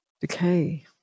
decay